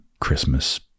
Christmas